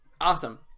awesome